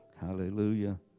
Hallelujah